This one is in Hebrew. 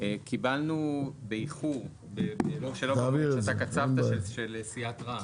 קיבלנו באיחור של סיעת רע"מ.